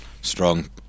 Strong